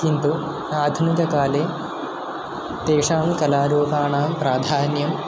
किन्तु आधुनिककाले तेषां कलारोपाणां प्राधान्यम्